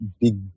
big